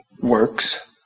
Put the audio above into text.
works